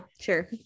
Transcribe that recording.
sure